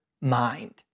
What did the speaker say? mind